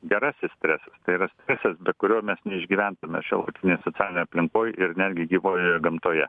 gerasis stresas tai yra stresas be be kurio mes neišgyventume šiuolaikinėj socialinėj aplinkoj ir netgi gyvojoje gamtoje